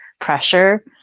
pressure